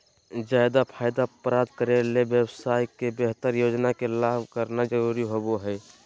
ज्यादा फायदा प्राप्त करे ले व्यवसाय के बेहतर योजना के साथ करना जरुरी होबो हइ